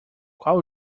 qual